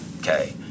okay